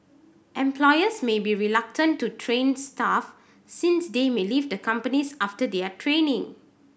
employers may be reluctant to train staff since they may leave the companies after their training